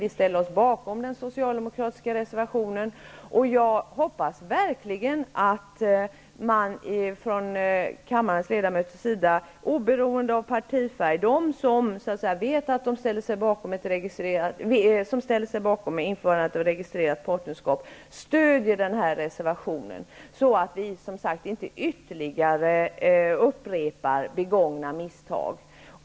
Vi ställer oss bakom den socialdemokratiska reservationen och jag hoppas verkligen att kammarens ledmöter -- de som vet att de ställer sig bakom införandet av registrerat partnerskap -- oberoende av partifärg stöder reservationen så att vi inte upprepar begångna misstag.